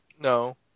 No